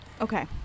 okay